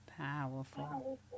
Powerful